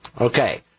Okay